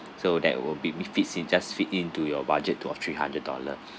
so that will be be fits it just fit in to your budget of three hundred dollar